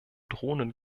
drohnen